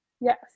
Yes